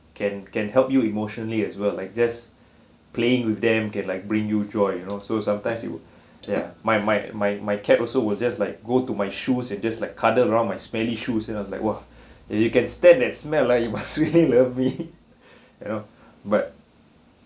can can help you emotionally as well like just playing with them can like bring you enjoy you know so sometimes it would ya my my my my cat also will just like go to my shoes and just like cuddle around my smelly shoes then I was like !wah! you can stand that smell ah you must really love me you know but